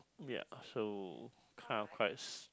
ya so kind of quite